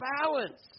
balance